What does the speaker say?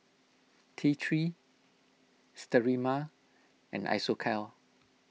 T three Sterimar and Isocal